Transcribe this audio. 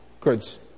goods